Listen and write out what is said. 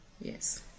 yes